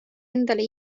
endale